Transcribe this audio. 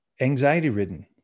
anxiety-ridden